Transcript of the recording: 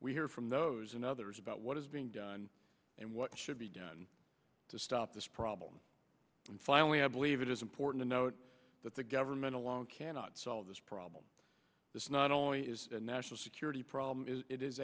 we hear from those and others about what is being done and what should be done to stop this problem and finally i believe it is important to note that the government alone cannot solve this problem this not only is a national security problem is it is